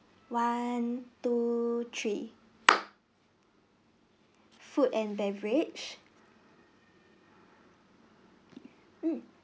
one two three food and beverage